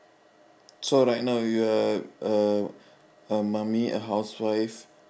so right now you are a a mummy a housewife